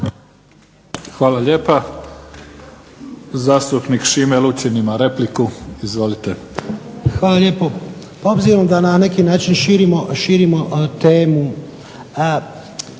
Hvala lijepa. Zastupnik Šime Lučin ima repliku. Izvolite. **Lučin, Šime (SDP)** Hvala lijepo. Obzirom da na neki način širimo temu.